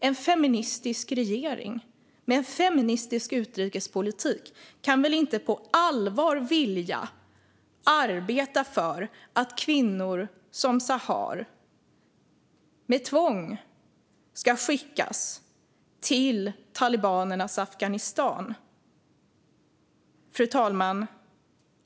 En feministisk regering med en feministisk utrikespolitik kan väl inte på allvar vilja arbeta för att kvinnor som Sahar med tvång ska skickas till talibanernas Afghanistan? Fru talman!